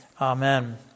Amen